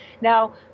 now